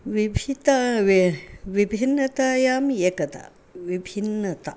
विभिन्ना वा विभिन्नतायाम् एकता विभिन्नता